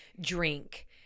drink